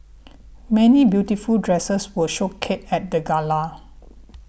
many beautiful dresses were showcased at the gala